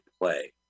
play